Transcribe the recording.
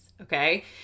okay